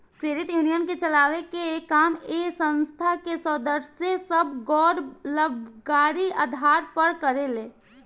credit union के चलावे के काम ए संस्था के सदस्य सभ गैर लाभकारी आधार पर करेले